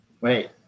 Wait